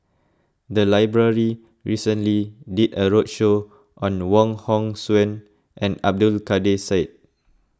the library recently did a roadshow on Wong Hong Suen and Abdul Kadir Syed